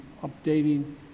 updating